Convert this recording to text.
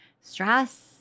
stress